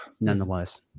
nonetheless